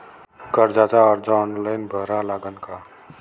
कर्जाचा अर्ज ऑनलाईन भरा लागन का?